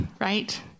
right